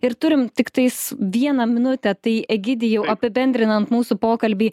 ir turim tiktais vieną minutę tai egidijau apibendrinant mūsų pokalbį